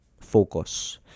focus